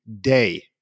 day